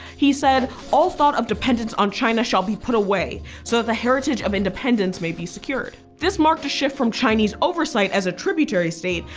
he said all thought of dependence on china shall be put away so that the heritage of independence may be secured. this marked a shift from chinese oversight as a tributary state,